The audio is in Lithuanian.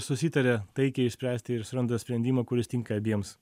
susitaria taikiai išspręsti ir suranda sprendimą kuris tinka abiems